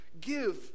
give